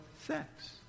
sex